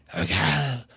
Okay